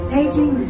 Paging